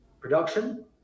production